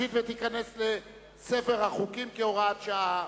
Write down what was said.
(הוראות שעה)